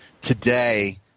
Today